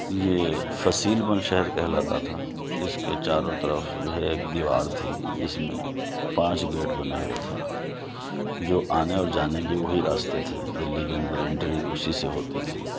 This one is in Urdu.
یہ فصیل بند شہر کہلاتا تھا اِس کے چاروں طرف جو ہے ایک دیوار تھی جس میں پانچ گیٹ بنے ہوئے تھے جو آنے اور جانے کے وہی راستے تھے دِلّی کے اندر اینٹری اُسی سے ہوتی تھی